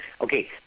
Okay